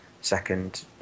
Second